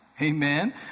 Amen